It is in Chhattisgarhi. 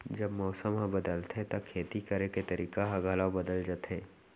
जब मौसम ह बदलथे त खेती करे के तरीका ह घलो बदल जथे?